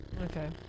Okay